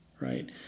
right